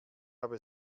habe